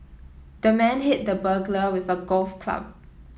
the man hit the burglar with a golf club